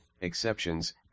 exceptions